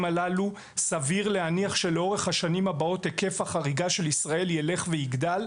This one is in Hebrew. הללו סביר להניח שלאורך השנים הבאות היקף החריגה של ישראל ילך ויגדל,